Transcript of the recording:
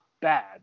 bad